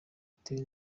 bitewe